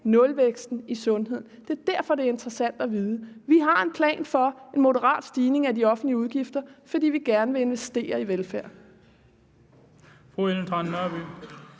nulvæksten i sundhed. Det er derfor, det er interessant at vide. Vi har en plan for en moderat stigning af de offentlige udgifter, fordi vi gerne vil investere i velfærd.